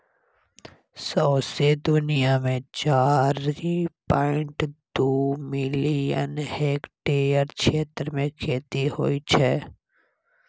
सौंसे दुनियाँ मे चारि पांइट दु मिलियन हेक्टेयर क्षेत्र मे खेती होइ छै